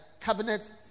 cabinet